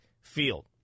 Field